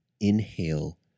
Inhale